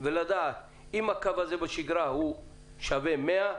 ולדעת שאם הקו הזה בשגרה שווה 100,